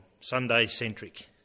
Sunday-centric